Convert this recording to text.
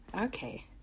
Okay